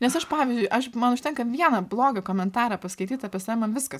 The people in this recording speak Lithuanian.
nes aš pavyzdžiui aš man užtenka vieną blogą komentarą paskaityt apie save man viskas